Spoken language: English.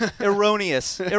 Erroneous